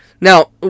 Now